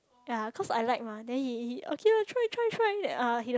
ye cause I like mah then he he okay try try try then uh he